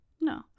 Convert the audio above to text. No